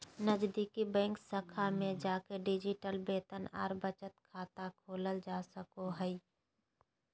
नजीदीकि बैंक शाखा में जाके डिजिटल वेतन आर बचत खाता खोलल जा सको हय